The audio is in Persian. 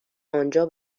آنجا